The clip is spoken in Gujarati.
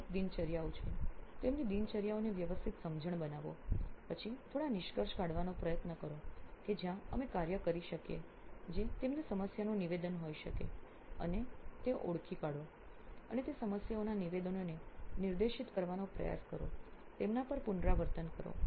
દૈનિક દિનચર્યાઓ છે તેમની દિનચર્યાઓની વ્યવસ્થિત સમજણ બનાવો પછી થોડા નિષ્કર્ષ કાઢવાનું પ્રયત્ન કરો કે જ્યાં અમે કાર્ય કરી શકીએ જે તેમને સમસ્યાનું નિવેદન હોઈ શકે છે અને તેઓ ઓળખી કાઢો અને તે સમસ્યાઓના નિવેદનોને નિર્દેશિત કરવાનો પ્રયાસ કરો તેમના પર પુનરાવર્તન કરો